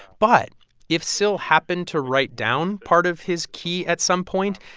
but if syl happened to write down part of his key at some point,